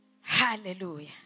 Hallelujah